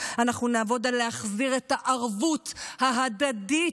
אנחנו נחזיר את הכבוד הלאומי,